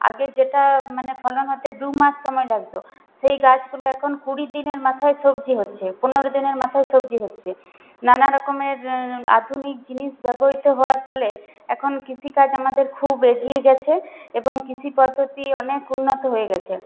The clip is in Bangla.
আগে যেটা মানে ফলন হতে দু মাস সময় লাগত সেই গাছগুলো এখন কুড়ি দিনের মাথায় সবজি হচ্ছে পনেরো দিনের মাথায় সবজি হচ্ছে নানা রকমের আধুনিক জিনিস ব্যবহৃত হওয়ার ফলে এখন কৃষিকাজ আমাদের খুব এগিয়ে গেছে এবং কৃষি পদ্ধতি অনেক উন্নত হয়ে গেছে